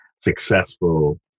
successful